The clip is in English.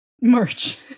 merch